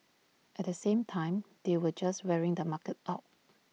at the same time they were just wearing the market out